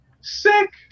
sick